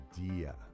idea